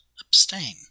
abstain